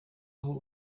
aho